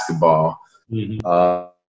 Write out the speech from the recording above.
basketball